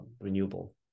renewable